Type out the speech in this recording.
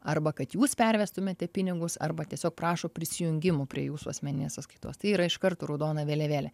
arba kad jūs pervestumėte pinigus arba tiesiog prašo prisijungimų prie jūsų asmeninės sąskaitos tai yra iš karto raudona vėliavėlė